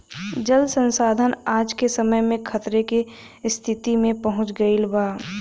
जल संसाधन आज के समय में खतरे के स्तिति में पहुँच गइल बा